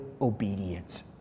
obedience